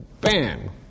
Bam